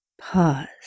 Pause